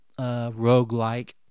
roguelike